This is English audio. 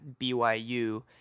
BYU